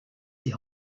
die